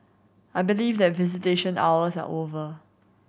I believe that visitation hours are over